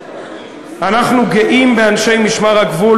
אנחנו גאים באנשי משמר הגבול,